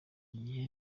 gihe